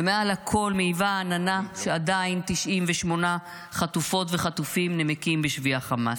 ומעל הכול מעיבה העננה שעדיין 98 חטופות וחטופים נמקים בשבי החמאס.